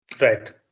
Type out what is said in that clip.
Right